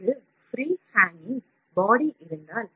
இவை அனைத்தும் சில முக்கியமான அம்சங்கள்